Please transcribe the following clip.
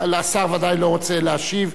השר ודאי לא רוצה להשיב,